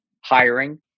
hiring